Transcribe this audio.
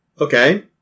Okay